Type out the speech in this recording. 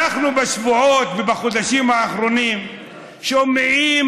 בשבועות ובחודשים האחרונים אנחנו שומעים